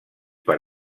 per